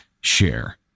share